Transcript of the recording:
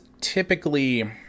typically